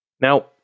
Now